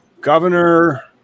Governor